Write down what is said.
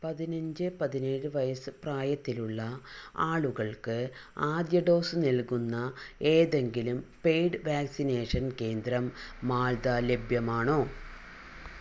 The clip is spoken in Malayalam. പതിനഞ്ച് പതിനേഴ് വയസ്സ് പ്രായത്തിലുള്ള ആളുകൾക്ക് ആദ്യ ഡോസ് നൽകുന്ന ഏതെങ്കിലും പെയ്ഡ് വാക്സിനേഷൻ കേന്ദ്രം മാൽദ ലഭ്യമാണോ